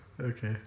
Okay